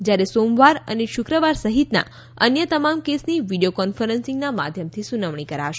જ્યારે સોમ અને શુક્રવાર સહિતના અન્ય તમામ કેસની વીડીઓ કોન્ફરન્સીંગના માધ્યમથી સુનાવણી કરાશે